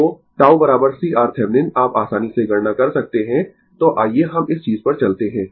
तो tau CRThevenin आप आसानी से गणना कर सकते है तो आइये हम इस चीज पर चलते है